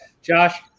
Josh